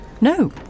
No